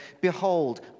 Behold